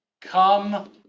come